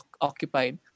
occupied